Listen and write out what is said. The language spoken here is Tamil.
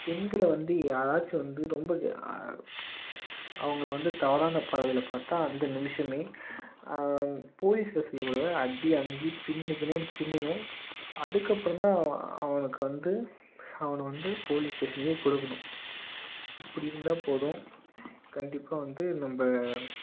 பெண்களை வந்து யாராச்சும் வந்து ரொம்ப அவங்களை வந்து தவறான பார்வையில் பார்த்தா அந்த நிமிடமே போலீஸில் சொல்லக் கூடாது அடி அங்கேயே பின்னு பின்னுனு பின்னணும் அதுக்கு அப்புறம் தான் அவனுக்கு வந்து அவனை வந்து போலீஸ் ஸ்டேஷன்லேயே கொடுக்குணும் இப்படி இருந்தால் போதும் கண்டிப்பாக வந்து நம்ம